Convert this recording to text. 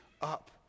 up